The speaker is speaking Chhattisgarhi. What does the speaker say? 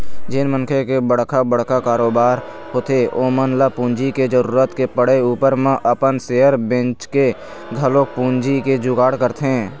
जेन मनखे के बड़का बड़का कारोबार होथे ओमन ल पूंजी के जरुरत के पड़े ऊपर म अपन सेयर बेंचके घलोक पूंजी के जुगाड़ करथे